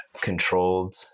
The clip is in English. controlled